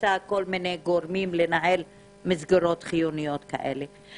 שמכניסה כל מיני גורים לנהל מסגרות חיוניות כאלה.